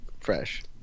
fresh